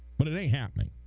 but and a happening